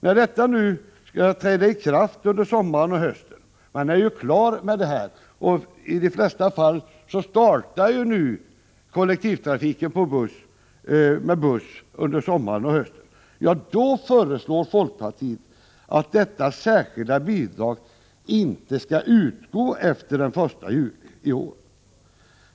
När detta nu skall träda i kraft under sommaren och hösten — man är ju klar med detta, och i de flesta fall startar kollektivtrafiken med buss under sommaren och hösten — föreslår folkpartiet att detta särskilda bidrag inte skall utgå efter den 1 juli i år.